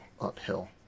uphill